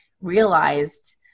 realized